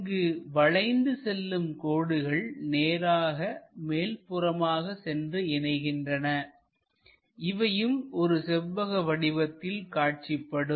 இங்கு வளைந்து செல்லும் கோடுகள் நேராக மேல்புறமாக சென்று இணைகின்றன இவையும் ஒரு செவ்வக வடிவத்தில் காட்சிப்படும்